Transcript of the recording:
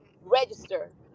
register